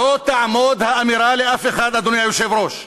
לא תעמוד האמירה לאף אחד, אדוני היושב-ראש,